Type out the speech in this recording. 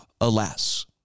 Alas